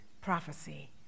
prophecy